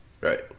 Right